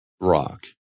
rock